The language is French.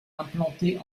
implantée